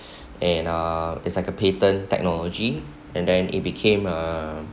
and uh it's like a patent technology and then it became a